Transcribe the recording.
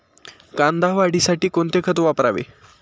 कांदा वाढीसाठी कोणते खत वापरावे?